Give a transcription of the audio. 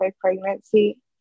pregnancy